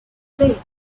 day